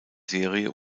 serie